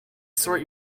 sort